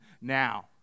now